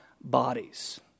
bodies